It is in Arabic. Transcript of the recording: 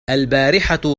البارحة